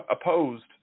opposed